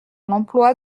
l’emploi